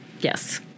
Yes